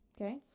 Okay